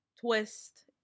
twist